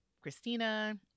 Christina